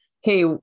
Hey